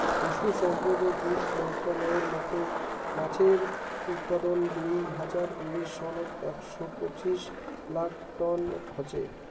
পশুসম্পদ ও দুধ মন্ত্রালয়ের মতে মাছের উৎপাদন দুই হাজার উনিশ সনত একশ পঁচিশ লাখ টন হসে